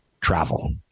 travel